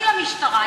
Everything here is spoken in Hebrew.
לא עוזרים למשטרה,